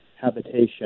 habitation